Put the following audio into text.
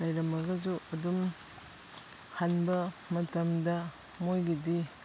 ꯂꯩꯔꯝꯃꯒꯁꯨ ꯑꯗꯨꯝ ꯍꯟꯕ ꯃꯇꯝꯗ ꯃꯣꯏꯒꯤꯗꯤ